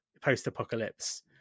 post-apocalypse